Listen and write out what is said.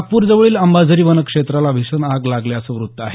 नागपूर जवळील आंबाझरी वन क्षेत्राला भीषण आग लागल्याचं वृत्त आहे